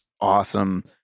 awesome